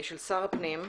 של שר הפנים.